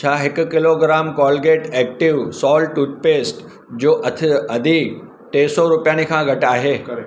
छा हिकु kilogram Colgate active salt toothpaste जो अथ अधि टे सौ रुपियनि खां घटि आहे